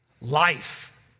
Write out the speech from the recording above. life